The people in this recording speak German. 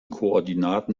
koordinaten